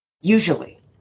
Usually